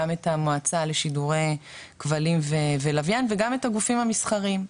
גם את המועצה לשידורי כבלים ולווין וגם את הגופים המסחריים,